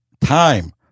Time